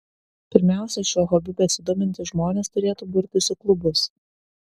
pirmiausia šiuo hobiu besidomintys žmonės turėtų burtis į klubus